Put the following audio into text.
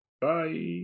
Bye